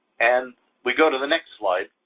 and we go to the next slide,